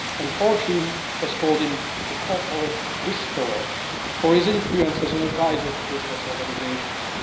and fortune has called him the corporate whisperer for his influence as an advisor to business organizations.